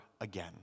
again